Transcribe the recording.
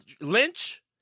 Lynch